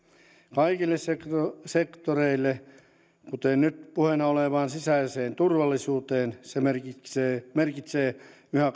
kaikille sektoreille kuten nyt puheena olevaan sisäiseen turvallisuuteen se merkitsee merkitsee yhä